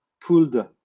pulled